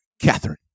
Catherine